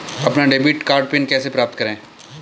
अपना debit card PIN कैसे प्राप्त करें?